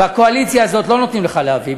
בקואליציה הזאת לא נותנים לך להביא,